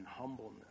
humbleness